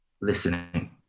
listening